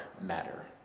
matter